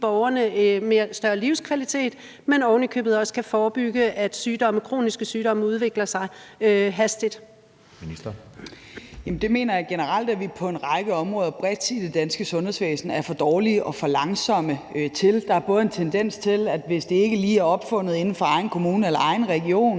Søe): Ministeren. Kl. 13:37 Indenrigs- og sundhedsministeren (Sophie Løhde): Det mener jeg generelt at vi på en række områder bredt i det danske sundhedsvæsen er for dårlige og for langsomme til. Der er en tendens til, at hvis det ikke lige er opfundet inden for egen kommune eller egen region,